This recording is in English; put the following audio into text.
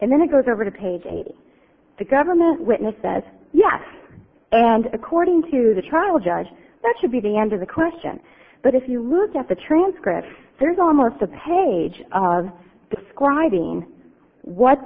and then it goes over to page eight the government witness says yes and according to the trial judge that should be the end of the question but if you look at the transcript there's almost a page describing what